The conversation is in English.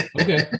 okay